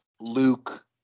Luke